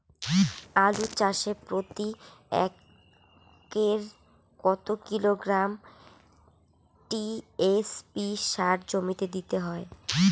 আলু চাষে প্রতি একরে কত কিলোগ্রাম টি.এস.পি সার জমিতে দিতে হয়?